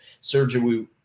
surgery –